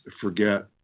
forget